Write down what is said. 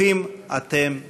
ברוכים אתם בבואכם.